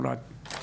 או רק המזרח,